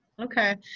Okay